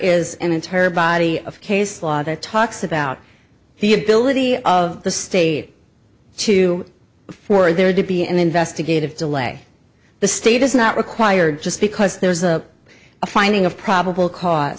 is an entire body of case law that talks about the ability of the state to for there to be an investigative delay the state is not required just because there was a finding of probable cause